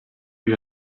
eût